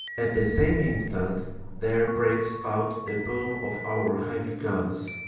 at the same instant there breaks out the boom of our heavy guns,